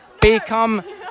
become